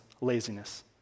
laziness